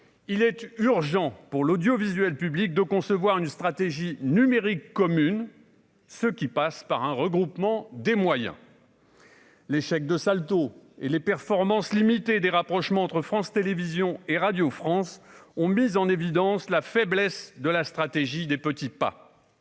il est urgent pour l'audiovisuel public de concevoir une stratégie numérique commune, ce qui passe par un regroupement des moyens. L'échec de Salto et les performances limitées des rapprochements entre France Télévisions et Radio France ont mis en évidence la faiblesse de la stratégie des petits pas